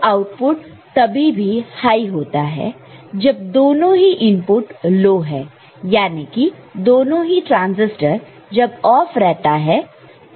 और आउटपुट तभी ही हाई होता है जब दोनों ही इनपुट लो है यानी कि दोनों ही ट्रांसिस्टर जब ऑफ रहता है